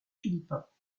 philippins